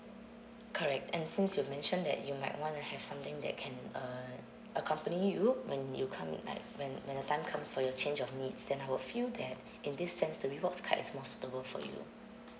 correct and since you mentioned that you might wanna have something that can uh accompany you when you come like when when the time comes for your change of needs then I would feel that in this sense the rewards card is more suitable for you